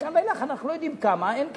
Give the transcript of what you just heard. מכאן ואילך, אנחנו לא יודעים כמה, אין כסף.